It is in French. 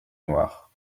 noirs